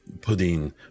putting